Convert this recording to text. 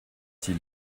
s’il